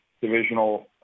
divisional